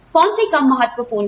कौन सी कम महत्वपूर्ण है